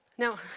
Now